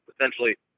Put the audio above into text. Essentially